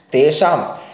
तेषां